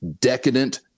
decadent